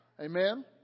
Amen